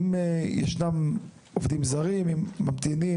אם ישנם עובדים זרים שממתינים,